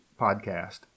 podcast